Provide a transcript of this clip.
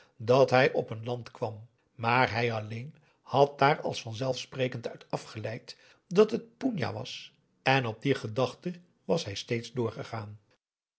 dat hij op een land kwam maar hij alleen had daar als vanzelf sprekend uit afgeleid dat het poenja was en op die gedachte was hij steeds doorgegaan